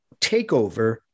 takeover